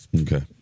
Okay